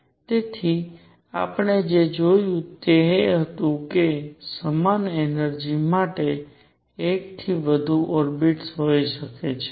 તેથી આપણે જે જોયું તે એ હતું કે સમાન એનર્જિ માટે એક થી વધુ ઓર્બિટ્સ હોઈ શકે છે